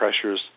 pressures